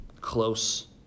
Close